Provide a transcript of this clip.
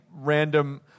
random